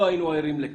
לא היינו ערים לכך.